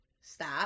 stop